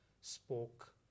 spoke